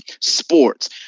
sports